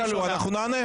תשאלו, אנחנו נענה.